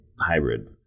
hybrid